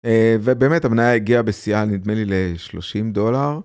ובאמת המנה הגיע בסיאל נדמה לי ל-30 דולר.